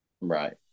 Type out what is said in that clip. Right